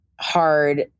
hard